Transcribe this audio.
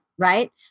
right